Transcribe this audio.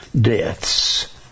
deaths